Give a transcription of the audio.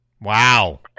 Wow